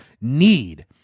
need